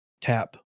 tap